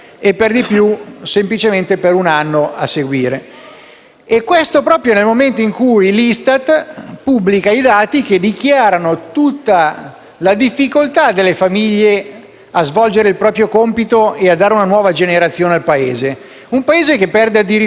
Questo proprio nel momento in cui l'ISTAT pubblica i dati che attestano tutta la difficoltà delle famiglie a svolgere il proprio compito e a dare una nuova generazione al Paese; un Paese che perde addirittura le nascite e registra un decremento demografico;